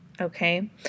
Okay